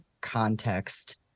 context